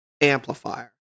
amplifier